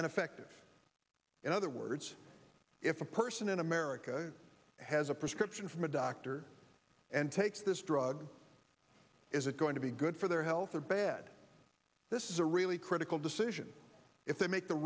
and effective in other words if a person in america has a prescription from a doctor and takes this drug is it going to be good for their health or bad this is a really critical decision if they make the